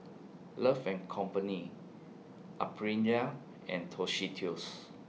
Love and Companion Aprilia and Tostitos